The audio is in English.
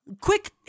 Quick